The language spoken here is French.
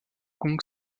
kong